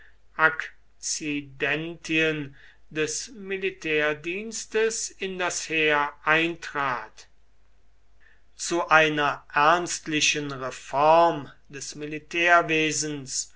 akzidentien des militärdienstes in das heer eintrat zu einer ernstlichen reform des